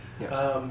Yes